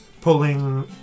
Pulling